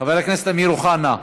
חבר הכנסת אמיר אוחנה.